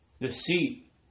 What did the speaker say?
deceit